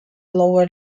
lower